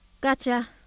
Gotcha